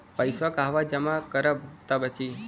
पैसा कहवा जमा करब त बची?